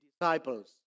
disciples